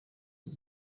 ibi